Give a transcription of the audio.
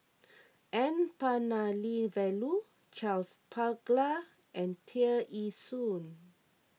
N Palanivelu Charles Paglar and Tear Ee Soon